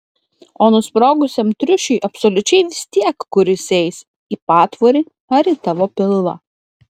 o nusprogusiam triušiui absoliučiai vis tiek kur jis eis į patvorį ar į tavo pilvą